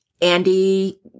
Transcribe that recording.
Andy